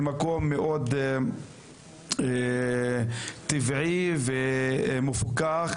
ממקום מאוד טבעי ומפוכח,